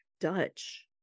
Dutch